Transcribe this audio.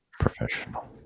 professional